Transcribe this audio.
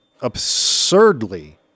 absurdly